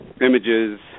images